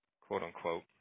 quote-unquote